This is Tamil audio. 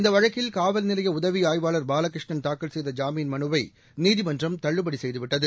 இந்த வழக்கில் காவல்நிலைய உதவி ஆய்வாளர் பாலகிருஷ்ணன் தாக்கல் செய்த ஜாமீன் மனுவை நீதிமன்றம் தள்ளுபடி செய்துவிட்டது